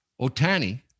Otani